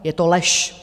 Je to lež!